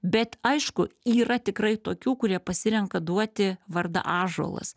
bet aišku yra tikrai tokių kurie pasirenka duoti vardą ąžuolas